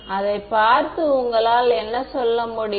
அதைப் பார்த்து உங்களால் என்ன சொல்ல முடியும்